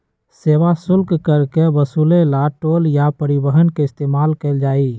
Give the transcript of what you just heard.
सेवा शुल्क कर के वसूले ला टोल या परिवहन के इस्तेमाल कइल जाहई